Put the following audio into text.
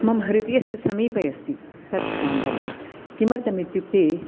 मम हृदयस्य समीपे अस्ति तत् काण्डं किमर्थम् इत्युक्ते